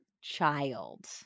child